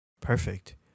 perfect